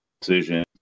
Decision